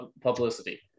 publicity